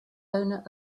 owner